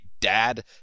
dad